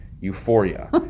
Euphoria